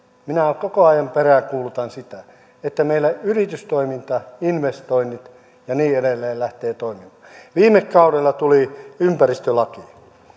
minä koko ajan peräänkuulutan sitä että meillä yritystoiminta investoinnit ja niin edelleen lähtevät toimimaan viime kaudella tuli ympäristölaki